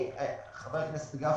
חבר הכנסת גפני,